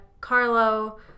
Carlo